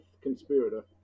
conspirator